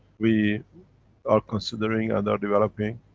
we are considering and are developing